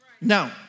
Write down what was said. Now